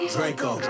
Draco